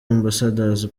ambassador’s